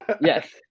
Yes